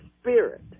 Spirit